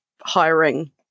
hiring